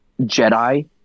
Jedi